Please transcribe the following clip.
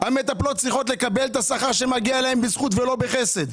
המטפלות צריכות לקבל את השכר שמגיע להן בזכות ולא בחסד.